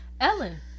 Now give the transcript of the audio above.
Ellen